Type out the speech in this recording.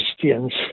Christians